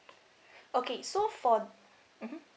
okay so for mmhmm